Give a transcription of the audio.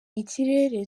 ikirere